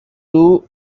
too